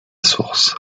source